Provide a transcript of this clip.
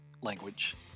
language